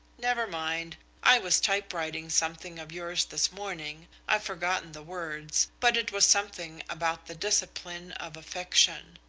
never mind. i was typewriting something of yours this morning i've forgotten the words, but it was something about the discipline of affection.